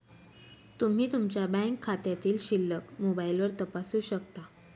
तुम्ही तुमच्या बँक खात्यातील शिल्लक मोबाईलवर तपासू शकता